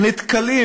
נתקלים